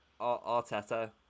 Arteta